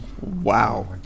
Wow